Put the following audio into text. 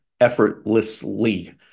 effortlessly